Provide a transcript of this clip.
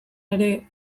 ere